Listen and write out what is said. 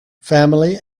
family